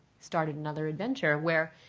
started another adventure where